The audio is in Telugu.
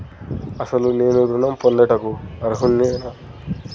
అసలు నేను ఋణం పొందుటకు అర్హుడనేన?